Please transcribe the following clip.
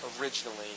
originally